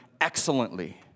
excellently